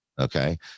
okay